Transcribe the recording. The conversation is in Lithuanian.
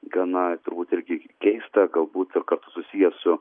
gana turbūt irgi keista galbūt ir kartu susiję su